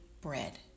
bread